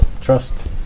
Trust